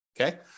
Okay